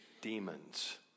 demons